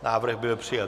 Návrh byl přijat.